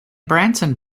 branson